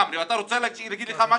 אתה רוצה שאומר לך משהו?